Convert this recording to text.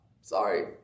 Sorry